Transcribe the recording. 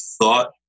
thought